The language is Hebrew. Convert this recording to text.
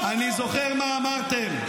אני זוכר מה אמרתם.